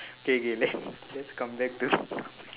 okay okay relax let's come back to